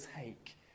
take